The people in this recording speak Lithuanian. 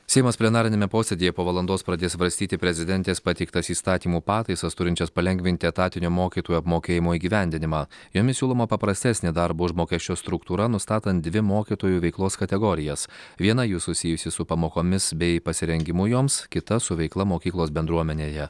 seimas plenariniame posėdyje po valandos pradės svarstyti prezidentės pateiktas įstatymo pataisas turinčias palengvinti etatinio mokytojų apmokėjimo įgyvendinimą jomis siūloma paprastesnė darbo užmokesčio struktūra nustatant dvi mokytojų veiklos kategorijas viena jų susijusi su pamokomis bei pasirengimu joms kita su veikla mokyklos bendruomenėje